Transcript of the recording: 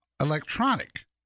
electronic